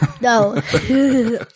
No